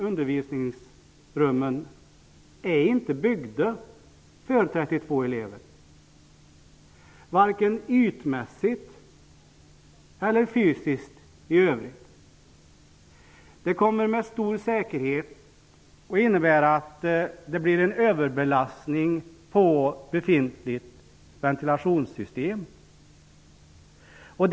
Undervisningsrummen är inte byggda för 32 elever, vare sig ytmässigt eller fysiskt i övrigt. Det här kommer med stor säkerhet att innebära att befintligt ventilationssystem överbelastas.